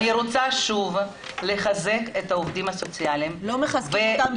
אני רוצה שוב לחזק את העובדים הסוציאליים -- לא מחזקים אותם במילים,